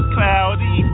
Cloudy